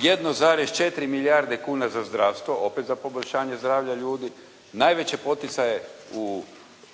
1,4 milijarde kuna za zdravstvo, opet za poboljšanje zdravlja ljudi, najveće poticaje u